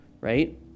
right